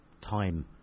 time